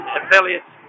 affiliates